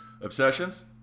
obsessions